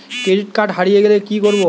Credit card হারিয়ে গেলে কি করব?